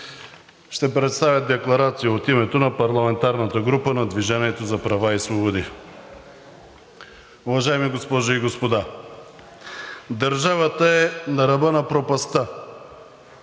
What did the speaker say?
Ще представя декларация от името на парламентарната група на „Движение за права и свободи“. Уважаеми госпожи и господа, държавата е на ръба на пропастта.